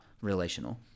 relational